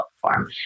platform